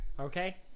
Okay